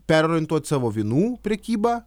perorientuot savo vynų prekyba